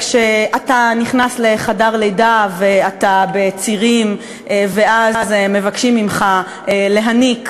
כשאתה נכנס לחדר לידה ואתה בצירים ואז מבקשים ממךָ להניק".